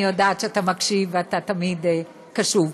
אני יודעת שאתה מקשיב ואתה תמיד קשוב.